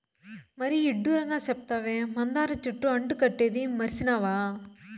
మరీ ఇడ్డూరంగా సెప్తావే, మందార చెట్టు అంటు కట్టేదీ మర్సినావా